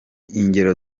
ingero